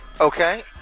okay